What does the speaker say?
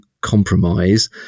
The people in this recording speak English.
compromise